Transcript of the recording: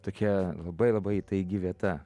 tokia labai labai įtaigi vieta